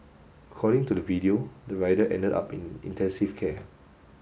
according to the video the rider ended up in intensive care